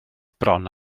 bron